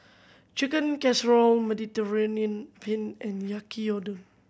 Chicken Casserole Mediterranean Penne and Yaki Udon